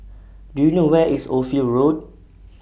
Do YOU know Where IS Ophir Road